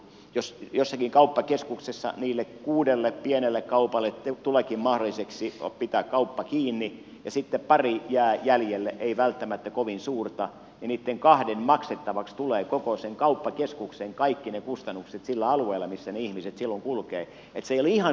jos jossakin kauppakeskuksessa niille kuudelle pienelle kaupalle tuleekin mahdolliseksi pitää kauppa kiinni ja sitten pari ei välttämättä kovin suurta jää jäljelle niin niitten kahden maksettavaksi tulevat koko sen kauppakeskuksen kaikki ne kustannukset sillä alueella millä ne ihmiset silloin kulkevat niin että se ei ole ihan yksiselitteistä